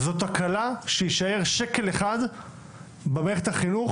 זאת תקלה שיישאר שקל אחד במערכת החינוך